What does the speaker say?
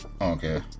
Okay